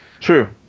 True